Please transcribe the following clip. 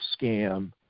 scam